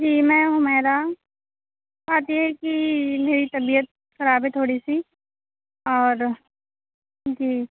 جی میں حمیرا بات یہ ہے کہ میری طبیعت خراب ہے تھوڑی سی اور جی